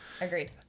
agreed